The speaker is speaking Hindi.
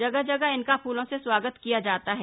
जगह जगह इनका फूलों से स्वागत किया जाता है